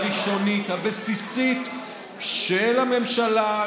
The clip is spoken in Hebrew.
הראשונית והבסיסית של הממשלה,